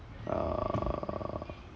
err